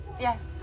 Yes